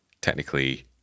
technically